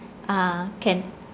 ah can